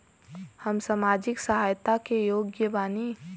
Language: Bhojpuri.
हम सामाजिक सहायता के योग्य बानी?